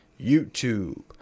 YouTube